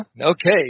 Okay